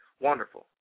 wonderful